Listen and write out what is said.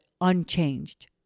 unchanged